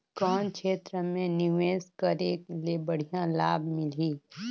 कौन क्षेत्र मे निवेश करे ले बढ़िया लाभ मिलही?